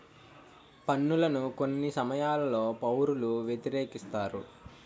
పన్నులను కొన్ని సమయాల్లో పౌరులు వ్యతిరేకిస్తారు